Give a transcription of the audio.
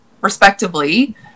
respectively